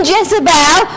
Jezebel